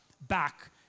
back